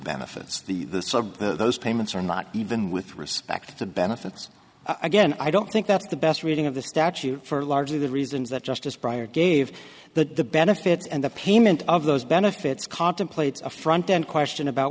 benefits the those payments are not even with respect to benefits again i don't think that's the best reading of the statute for largely the reasons that justice breyer gave the benefits and the payment of those benefits contemplates a front end question about